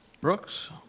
Brooks